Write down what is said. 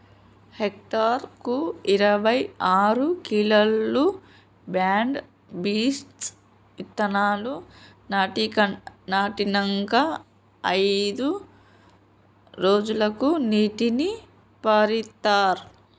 hectare కు ఇరవై ఆరు కిలోలు బ్రాడ్ బీన్స్ విత్తనాలు నాటినంకా అయిదు రోజులకు నీటిని పారిత్తార్